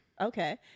Okay